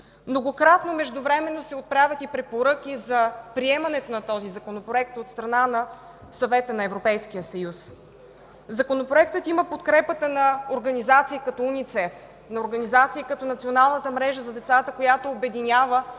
многократно се отправят и препоръки за приемането на този Законопроект от страна на Съвета на Европейския съюз. Законопроектът има подкрепата на организации като УНИЦЕФ, на организации като Националната мрежа за децата, която обединява